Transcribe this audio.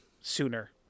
sooner